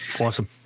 Awesome